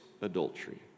adultery